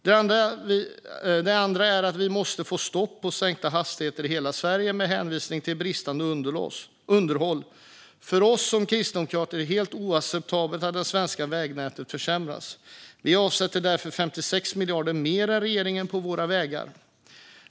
Den andra strategin är att vi måste få stopp på sänkta hastigheter i hela Sverige med hänvisning till bristande underhåll. För oss kristdemokrater är det helt oacceptabelt att det svenska vägnätet försämras. Vi avsätter därför 56 miljarder mer än regeringen till våra vägar.